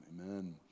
amen